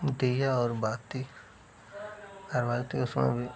दिया और बाती धारवाहिक तो उसमें भी